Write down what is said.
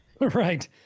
Right